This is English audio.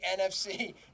NFC